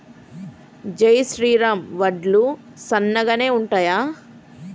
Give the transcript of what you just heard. జై శ్రీరామ్ వడ్లు సన్నగనె ఉంటయా?